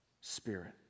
spirit